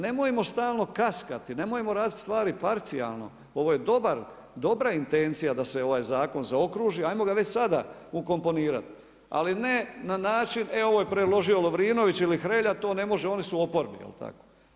Nemojmo stalno kaskati, nemojmo raditi stvari parcijalno, ovo je dobra intencija da se ovaj zakon zaokruži, ajmo ga već sada ukomponirat, ali ne na način e ovo je predložio Lovrinović ili Hrelja, to ne može oni su u oporbi jel tako.